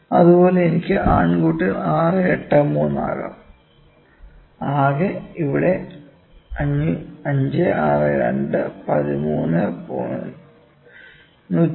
അതുപോലെ എനിക്ക് ആൺകുട്ടികൾ 6 8 3 ആകാം ആകെ ഇവിടെ 5 6 2 13